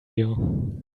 you